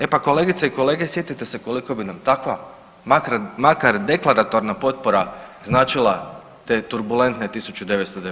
E pa kolegice i kolege sjetite se koliko bi nam takva makar deklaratorna potpora značila te turbulentne 1991.